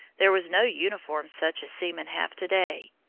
there was no uniform such as seamen have to-day.